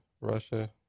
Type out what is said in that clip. Russia